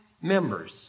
members